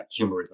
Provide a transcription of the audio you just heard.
Humorism